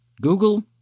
Google